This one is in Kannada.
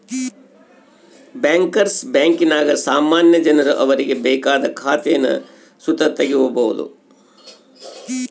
ಬ್ಯಾಂಕರ್ಸ್ ಬ್ಯಾಂಕಿನಾಗ ಸಾಮಾನ್ಯ ಜನರು ಅವರಿಗೆ ಬೇಕಾದ ಖಾತೇನ ಸುತ ತಗೀಬೋದು